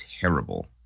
terrible